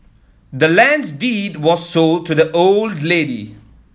the land's deed was sold to the old lady